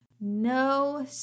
no